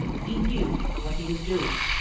he knew what he was doing.